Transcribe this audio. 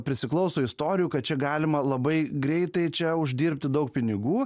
prisiklauso istorijų kad čia galima labai greitai čia uždirbti daug pinigų